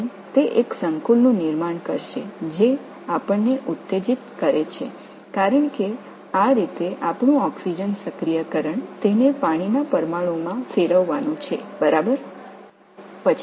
எனவே இது ஒரு சேர்மத்தை உருவாக்கப் போகிறது இது நம்மை உற்சாகப்படுத்துகிறது ஏனென்றால் ஆக்ஸிஜன் செயல்படுத்தல் நடந்து அதை நீர் மூலக்கூறாக மாற்றுவதற்கு நடைபெறுகின்றது